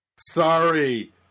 Sorry